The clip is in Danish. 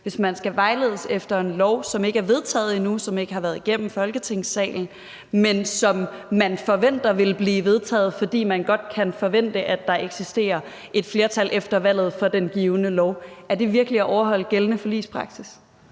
hvis de skal vejledes efter en lov, som ikke er vedtaget endnu, som ikke har været igennem Folketingssalen, men som man forventer vil blive vedtaget, fordi man godt kan forvente, at der eksisterer et flertal for den givne lov efter valget? Er det virkelig at overholde gældende forligspraksis?